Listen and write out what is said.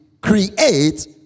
create